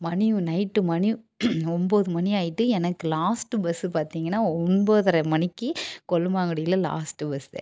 மணியும் நைட்டு மணி ஒம்பது மணி ஆகிட்டு எனக்கு லாஸ்ட்டு பஸ்ஸு பார்த்திங்கன்னா ஒம்பதர மணிக்கு கொல்லுமாங்குடியில லாஸ்ட்டு பஸ்ஸு